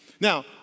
Now